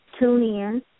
TuneIn